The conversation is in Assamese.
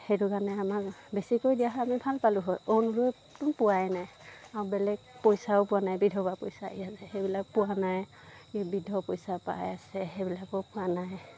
সেইটো কাৰণে আমাৰ বেছিকৈ দিয়া হ'লে আমি ভাল পালোঁ হয় অৰুণোদয়টো পোৱাই নাই আৰু বেলেগ পইচাও পোৱা নাই বিধৱা পইচা সেইবিলাক পোৱা নাই বৃদ্ধ পইচা পাই আছে সেইবিলাক পোৱা নাই